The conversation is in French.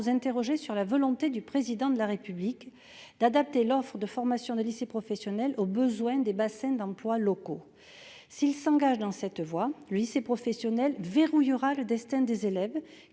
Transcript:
ma part, sur la volonté du Président de la République d'adapter l'offre de formation des lycées professionnels aux besoins des bassins d'emplois locaux. S'il s'engage dans cette voie, le lycée professionnel verrouillera le destin des élèves